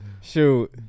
Shoot